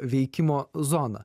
veikimo zoną